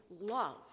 love